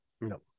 No